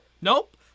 Nope